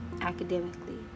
academically